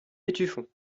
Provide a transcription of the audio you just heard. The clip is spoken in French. étueffont